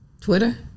Twitter